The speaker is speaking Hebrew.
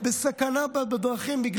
31 איש מתו בדרכים.